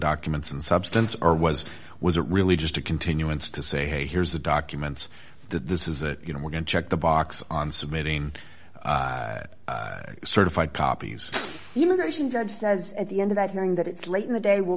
documents and substance or was was it really just a continuance to say hey here's the documents that this is it you know we're going to check the box on submitting it certified copies the immigration judge says at the end of that hearing that it's late in the day will